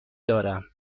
دارم